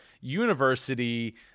University